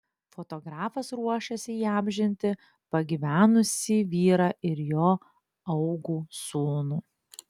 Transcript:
fotografas ruošiasi įamžinti pagyvenusį vyrą ir jo augų sūnų